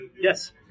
Yes